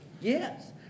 Yes